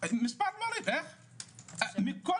מכל